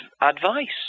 advice